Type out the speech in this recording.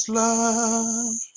love